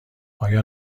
آیا